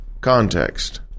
context